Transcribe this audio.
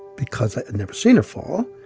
because i'd never seen her fall.